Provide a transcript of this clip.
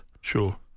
Sure